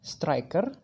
Striker